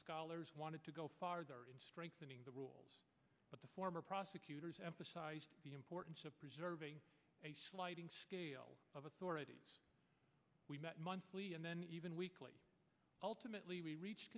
scholars wanted to go farther strengthening the rules but the former prosecutors emphasized the importance of preserving a sliding scale of authority monthly and then even weekly ultimately we reached